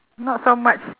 not so much